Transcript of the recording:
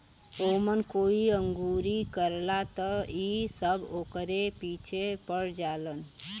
ओमन कोई अंगुरी करला त इ सब ओकरे पीछे पड़ जालन